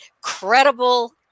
credible